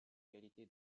qualités